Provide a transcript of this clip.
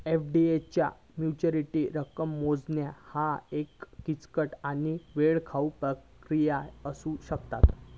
FD चा maturity रक्कम मोजणा ह्या एक किचकट आणि वेळखाऊ प्रक्रिया असू शकता